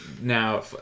Now